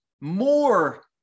more